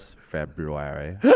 February